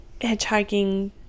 hitchhiking